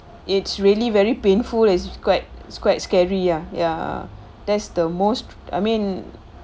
it's really very painful is quite quite scary ya ya that's the most I mean